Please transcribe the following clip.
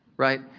right?